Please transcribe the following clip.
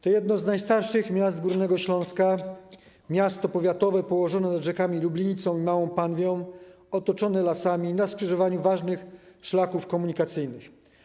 To jedno z najstarszych miast Górnego Śląska, miasto powiatowe położone na rzekami Lublinicą i Małą Panwią, otoczone lasami, na skrzyżowaniu ważnych szlaków komunikacyjnych.